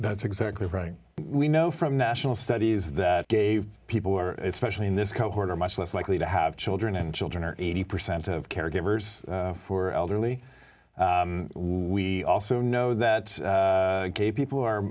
that's exactly right we know from national studies that gave people who are especially in this cohort are much less likely to have children and children are eighty percent of caregivers for elderly we also know that gay people